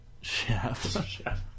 Chef